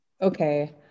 okay